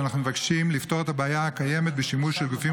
אנחנו מבקשים לפתור את הבעיה הקיימת בשימוש של גופים